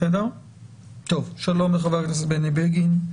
שלום לחבר הכנסת בני בגין.